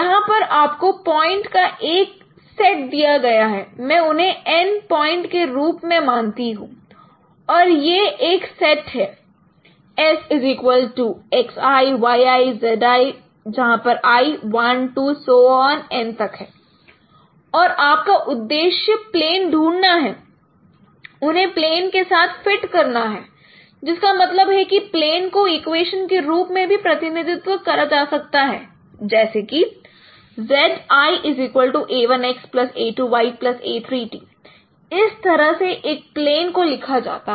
यहां पर आपको पॉइंट का एक सेट दिया गया है मैं उन्हें N पॉइंट के रूप में मानता हूं और यह एक सेट है S xᵢ yᵢ zᵢ ᵢ₌₁₂N और आपका उद्देश्य प्लेन ढूंढना है उन्हें प्लेन के साथ फिट करना है जिसका मतलब है कि प्लेन को इक्वेशन के रूप में भी प्रतिनिधित्व करा जा सकता है जैसे कि zᵢ a₁x a₂y a₃t इस तरह से एक प्लेन को लिखा जाता है